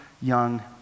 young